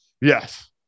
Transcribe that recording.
Yes